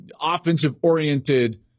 offensive-oriented